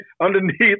underneath